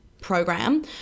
program